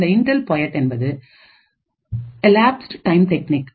இந்த இன்டெல் போயட் என்பது எல்லாப்ஸ்ட் டைம் டெக்னிக்